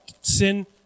sin